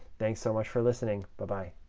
thanks so much for listening. but bye